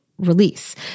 release